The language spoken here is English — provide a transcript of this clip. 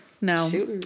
No